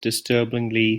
disturbingly